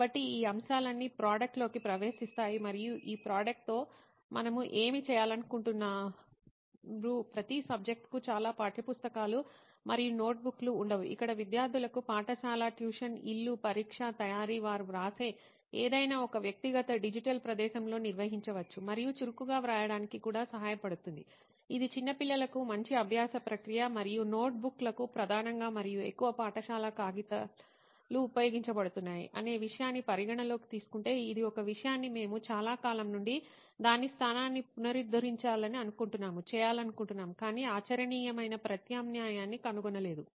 కాబట్టి ఈ అంశాలన్నీ ప్రోడక్ట్ లోకి ప్రవేశిస్తాయి మరియు ఈ ప్రోడక్ట్ తో మనము ఏమి చేయాలనుకుంటున్నారు ప్రతి సబ్జెక్టుకు చాలా పాఠ్యపుస్తకాలు మరియు నోట్ బుక్ లు ఉండవు ఇక్కడ విద్యార్థులకు పాఠశాల ట్యూషన్ ఇల్లు పరీక్ష తయారీ వారు వ్రాసే ఏదైనా ఒక వ్యక్తిగత డిజిటల్ ప్రదేశంలో నిర్వహించవచ్చు మరియు చురుకుగా వ్రాయడానికి కూడా సహాయపడుతుంది ఇది చిన్న పిల్లలకు మంచి అభ్యాస ప్రక్రియ మరియు నోట్ బుక్ లకు ప్రధానంగా మరియు ఎక్కువ పాఠశాల కాగితాలు ఉపయోగించబడుతున్నాయి అనే విషయాన్ని పరిగణనలోకి తీసుకుంటే ఇది ఒక విషయాన్ని మేము చాలా కాలం నుండి దాని స్థానాన్నిపునరుద్ధరించాలని అనుకుంటున్నాము చేయాలనుకుంటున్నాము కాని ఆచరణీయమైన ప్రత్యామ్నాయాన్ని కనుగొనలేదు